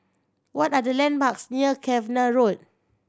what are the landmarks near Cavenagh Road